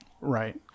Right